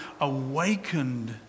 awakened